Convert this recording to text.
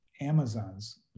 Amazon's